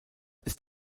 ist